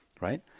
right